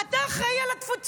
אתה אחראי לתפוצות.